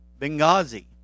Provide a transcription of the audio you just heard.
Benghazi